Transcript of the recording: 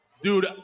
Dude